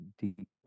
deep